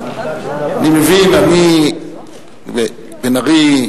אני מבין, בן-ארי,